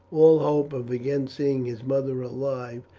all hope of again seeing his mother alive,